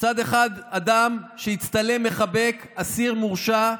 בצד אחד אדם שהצטלם מחבק אסיר מורשע,